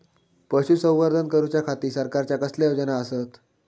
पशुसंवर्धन करूच्या खाती सरकारच्या कसल्या योजना आसत?